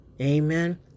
Amen